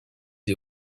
des